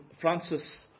Francis